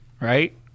right